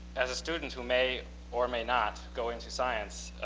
as a student who may or may not go into science,